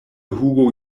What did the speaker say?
hugo